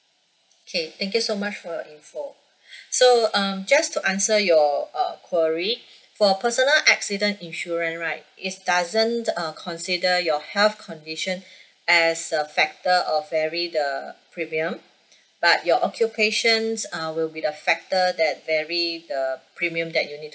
K thank you so much for your info so um just to answer your uh query for personal accident insurance right is doesn't uh consider your health condition as a factor of vary the premium but your occupations uh will be a factor that vary the premium that you need